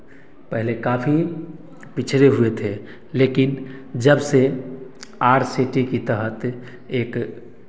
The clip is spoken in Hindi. पहले काफ़ी पिछड़े हुए थे लेकिन जब से सी टी के तहत एक कला